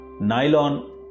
Nylon